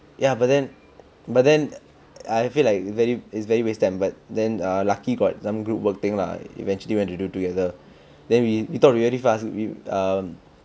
ya but then but then I feel like very it's very waste time but then err lucky got some group work thing lah eventually went to do together then we thought we very fast we um